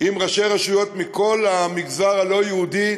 עם ראשי רשויות מכל המגזר הלא-יהודי,